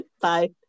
Bye